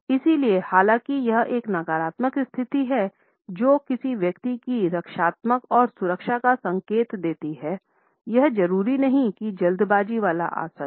इसलिए हालांकि यह एक नकारात्मक स्थिति है जो किसी व्यक्ति की रक्षात्मक और सुरक्षा का संकेत देती है यह जरूरी नहीं कि जल्दबाजी वाला आसन हो